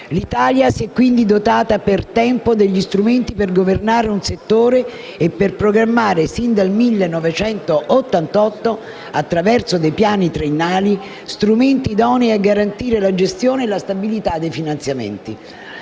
L'Italia si è quindi dotata per tempo degli strumenti per governare un settore e per programmare sin dal 1988, attraverso dei piani triennali, strumenti idonei a garantire la gestione e la stabilità dei finanziamenti.